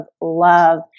love